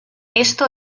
esto